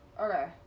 Okay